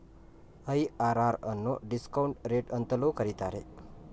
IRR ಅನ್ನು discount rate ಅಂತಲೂ ಕರೀತಾರೆ